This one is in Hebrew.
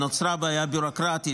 נוצרה בעיה ביורוקרטית,